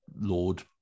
Lord